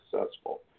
successful